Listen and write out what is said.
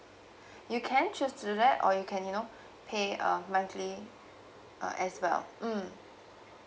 you can choose to do that or you can you know pay uh monthly uh as well mm